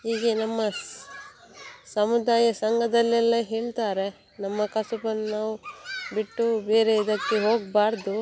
ಹೀಗೆ ನಮ್ಮ ಸಮುದಾಯ ಸಂಘದಲ್ಲೆಲ್ಲ ಹೇಳ್ತಾರೆ ನಮ್ಮ ಕಸುಬನ್ನು ನಾವು ಬಿಟ್ಟು ಬೇರೆ ಇದಕ್ಕೆ ಹೋಗಬಾರ್ದು